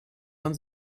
man